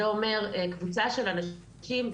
זה אומר קבוצה של אנשים,